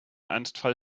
ernstfall